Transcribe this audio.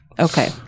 okay